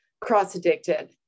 cross-addicted